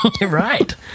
Right